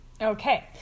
Okay